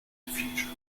future